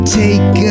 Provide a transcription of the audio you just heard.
take